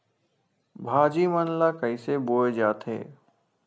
भाजी मन ला कइसे बोए जाथे?